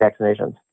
vaccinations